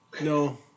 No